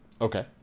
Okay